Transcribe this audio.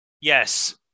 Yes